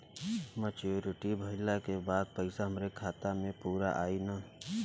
Maturity भईला के बाद पईसा हमरे खाता म पूरा आई न?